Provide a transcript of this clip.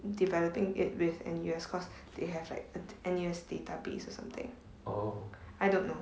developing it with N_U_S because they have like N_U_S database or something I don't know